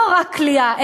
לא רק כליאה,